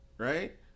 Right